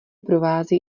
provází